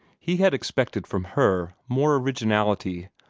he had expected from her more originality,